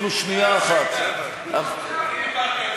קודם כול,